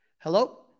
Hello